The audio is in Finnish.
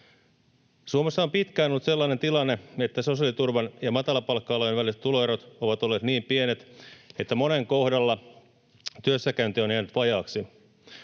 Suomessa on pitkään ollut sellainen tilanne, että sosiaaliturvan ja matalapalkka-alojen väliset tuloerot ovat olleet niin pienet, että monen kohdalla työssäkäynti on jäänyt vajaaksi.